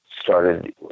started